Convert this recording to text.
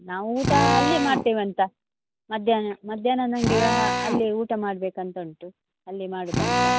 ನಾವು ಊಟ ಅಲ್ಲೇ ಮಾಡ್ತೇವಂತ ಮಧ್ಯಾಹ್ನ ಮಧ್ಯಾಹ್ನ ನನಗೆ ಅಲ್ಲೇ ಊಟ ಮಾಡಬೇಕಂತ ಉಂಟು ಅಲ್ಲೇ ಮಾಡೋದಂತ ಹೌದು